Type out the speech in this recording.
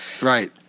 Right